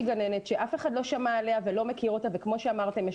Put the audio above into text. גננת שאף אחד לא שמע עליה ולא מכיר אותה וכמו שאמרתם,